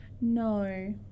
No